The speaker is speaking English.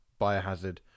Biohazard